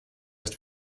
ist